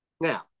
Now